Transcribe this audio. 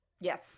Yes